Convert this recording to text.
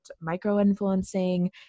micro-influencing